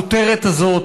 הכותרת הזאת,